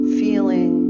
feeling